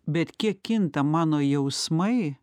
bet kiek kinta mano jausmai